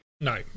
No